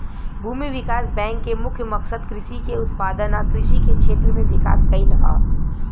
भूमि विकास बैंक के मुख्य मकसद कृषि के उत्पादन आ कृषि के क्षेत्र में विकास कइल ह